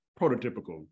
prototypical